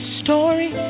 story